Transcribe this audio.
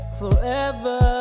forever